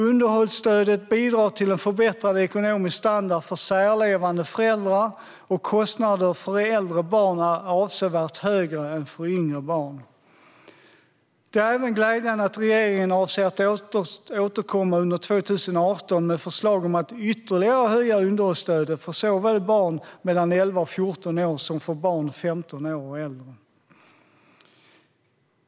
Underhållsstödet bidrar till en förbättrad ekonomisk standard för särlevande föräldrar, och kostnaderna för äldre barn är avsevärt högre än för yngre barn. Det är även glädjande att regeringen avser att återkomma under 2018 med förslag om att ytterligare höja underhållsstödet såväl för barn mellan 11 och 14 år som för barn 15 år och äldre.